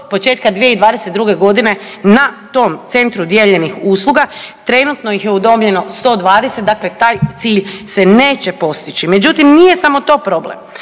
početka 2022. godine na tom centru dijeljenih usluga. Trenutno ih je udomljeno 120, dakle taj cilj se neće postići. Međutim, nije samo to problem.